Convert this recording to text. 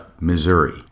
Missouri